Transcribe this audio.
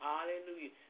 Hallelujah